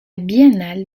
biennale